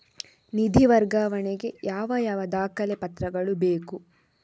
ನಿಧಿ ವರ್ಗಾವಣೆ ಗೆ ಯಾವ ಯಾವ ದಾಖಲೆ ಪತ್ರಗಳು ಬೇಕು?